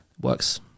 Works